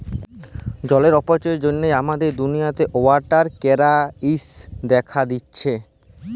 জলের অপচয়ের জ্যনহে আমাদের দুলিয়াতে ওয়াটার কেরাইসিস্ দ্যাখা দিঁয়েছে